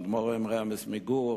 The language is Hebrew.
האדמו"ר מגור,